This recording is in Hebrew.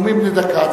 נאומים בני דקה,